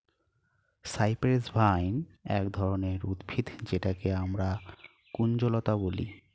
cypress vine এক ধরনের উদ্ভিদ যেটাকে আমরা কুঞ্জলতা বলি